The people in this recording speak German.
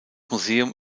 museum